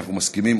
אנחנו מסכימים,